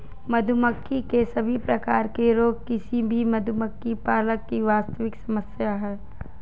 मधुमक्खी के सभी प्रकार के रोग किसी भी मधुमक्खी पालक की वास्तविक समस्या है